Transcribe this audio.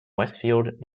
westfield